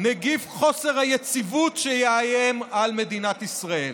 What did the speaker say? נגיף חוסר היציבות שיאיים על מדינת ישראל.